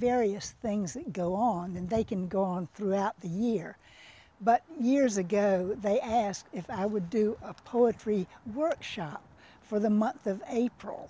various things that go on and they can go on throughout the year but years ago they asked if i would do a poetry workshop for the month of april